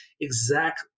Exact